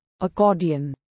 Accordion